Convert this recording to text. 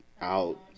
out